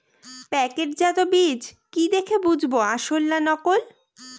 প্যাকেটজাত বীজ কি দেখে বুঝব আসল না নকল?